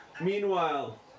Meanwhile